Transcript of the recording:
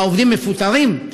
העובדים מפוטרים,